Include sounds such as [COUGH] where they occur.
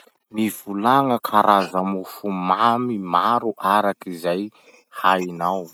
[NOISE] Mivolagna karaza mofo mamy maro araky zay hainao.